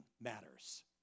matters